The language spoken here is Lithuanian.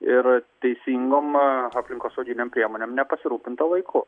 ir teisingom aplinkosauginėm priemonėm nepasirūpinta laiku